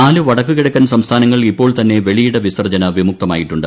നാലു വടക്കു കിഴക്കൻ സംസ്ഥാനങ്ങൾ ഇപ്പോൾത്തന്നെ വെളിയിട വിസർജന വിമുക്തമായിട്ടുണ്ട്